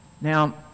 now